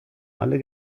alle